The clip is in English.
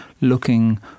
looking